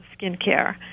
skincare